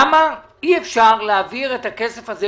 למה אי אפשר להעביר את הכסף הזה,